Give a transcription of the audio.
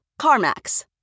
CarMax